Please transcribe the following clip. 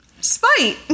Spite